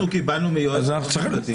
הנוסח שקיבלנו מיועצו של שר המשפטים.